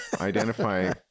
identify